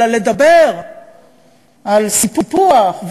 אלא לדבר על סיפוח,